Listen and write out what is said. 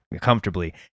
comfortably